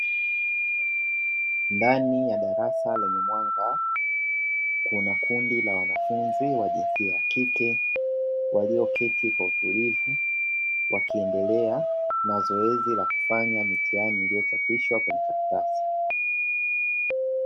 Ndani ya darasa lenye mwanga, kuna kundi la wanafunzi wa jinsia ya kike waliyoketi kwa utulivu wakiendelea na zoezi la kufanya mitihani iliyochapishwa kwenye karatasi.